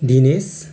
Dinesh